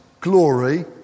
glory